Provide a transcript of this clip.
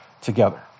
together